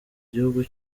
gihugu